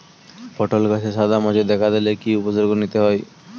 পটল গাছে সাদা মাছি দেখা দিলে কি কি উপসর্গ নিতে হয়?